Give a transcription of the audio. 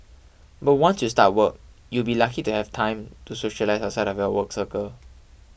but once you start work you'll be lucky to have time to socialise outside of your work circle